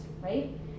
right